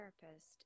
therapist